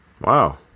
Wow